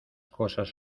cosas